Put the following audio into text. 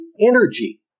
energy